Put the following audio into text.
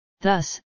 thus